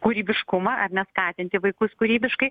kūrybiškumą ar ne skatinti vaikus kūrybiškai